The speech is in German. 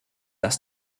das